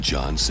John